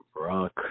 rock